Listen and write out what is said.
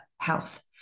health